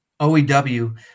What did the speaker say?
OEW